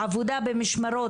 או עבודה במשמרות,